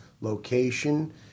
location